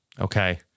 Okay